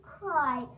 cry